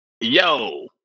yo